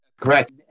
Correct